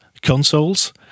consoles